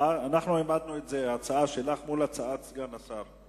אנחנו העמדנו את זה, ההצעה שלך מול הצעת סגן השר.